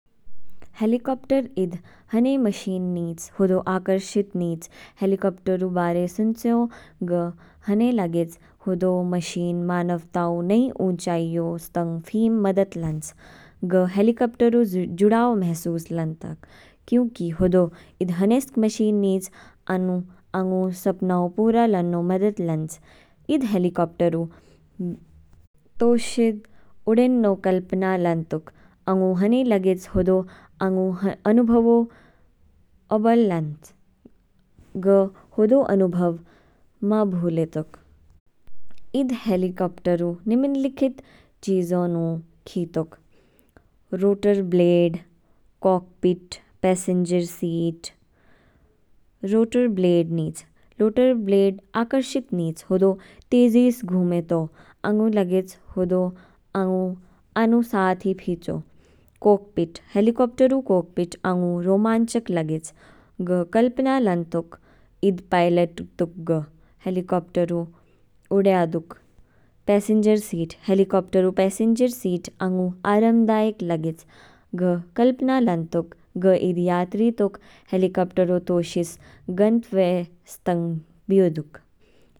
हेलिकॉपटर ईद हने मशीन निच, हदौ आकर्षित निच, हेलिकॉपटर ऊ बारे सुनचयो ग हने लागेच हदौ मशीन मानवता ऊ नई ऊँचाइयो सतंग फीम मदद लानच। ग हेलिकॉपटर ऊ जुड़ाव महसूस लानतौक क्योंकि हदौ ईद हनेस मशीन निच आंगु सपनाउ पूरा लान्नौ मदद लानच। ईद हेलिकॉपटरउ तौशिद उडेन्नो कल्पना लानतौक, आंगु हनै लागेच हदौ आंगु अनुभवो औबल लानच, ग हदौ अनुभव मा भूलेतोक। ईद हेलिकॉपटरउ निम्नलिखित चीजौ नु खितौक, rotor blade, cockpit, passenger seat. Rotor blade निच, रोटर ब्लेड आकर्षित निच, तेजीस घुमैतो, आंगु लागेच हदौ आंगु आनु साथ ही फिचौक। कोकपीट, हेलिकॉपटरउ कोकपीट आंगु रोमांचक लागेच, ग कलपना लानतौक ईद पायलेट तुक ग, हेलिकॉपटरउ उडयातुक। पैसेंजर सीट, हेलिकॉपटरउ पैसेंजर सीट आंगु आरामदायक लागेच, ग कल्पना लानतौक ग ईद यात्री तौक हेलिकॉपटरउ तोशिस गंतव्य तंग बियो दुक।